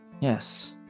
Yes